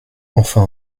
enfin